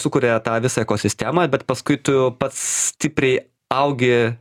sukuria tą visą ekosistemą bet paskui tu pats stipriai augi